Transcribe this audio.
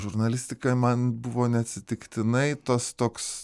žurnalistika man buvo neatsitiktinai tas toks